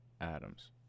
Adams